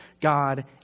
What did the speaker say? God